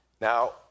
Now